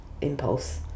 impulse